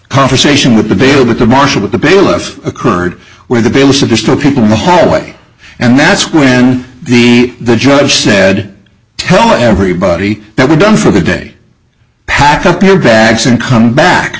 conversation with the bill but the marshal with the bailiff occurred where the bailiffs of the store people in the hallway and that's when the the judge said tell everybody that we're done for the day pack up your bags and come back